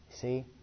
See